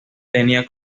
tenía